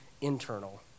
internal